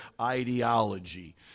ideology